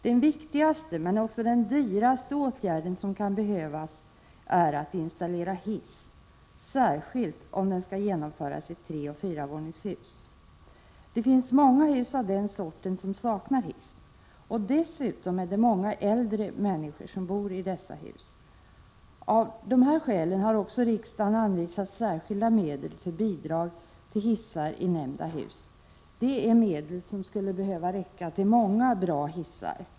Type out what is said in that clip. Den viktigaste, men också den dyraste, åtgärden som kan behövas är att installera hiss, särskilt om den skall genomföras i trevåningsoch fyravåningshus. Det finns många hus av den sorten som saknar hiss. Dessutom är det många äldre människor som bor i dessa hus. Av dessa skäl har också riksdagen anvisat särskilda medel för bidrag till hissar i nämnda hus. Det är medel som skulle behöva räcka till många bra hissar.